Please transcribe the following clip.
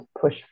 push